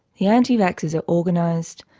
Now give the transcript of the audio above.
the anti-vaxxers are organised,